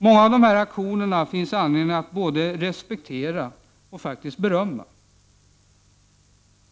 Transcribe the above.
Många av de här aktionerna finns det anledning att både respektera och berömma.